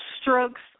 strokes